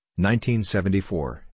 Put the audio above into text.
1974